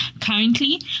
Currently